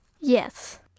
Yes